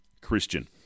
Christian